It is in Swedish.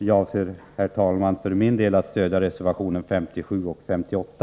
Jag avser för min del, herr talman, att stödja reservationerna 57 och 58.